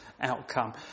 outcome